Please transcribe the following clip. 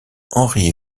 henri